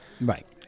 Right